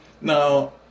Now